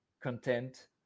content